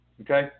Okay